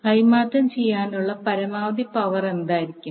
കൈമാറ്റം ചെയ്യാനുള്ള പരമാവധി പവർ എന്തായിരിക്കും